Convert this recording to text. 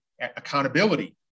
accountability